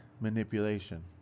manipulation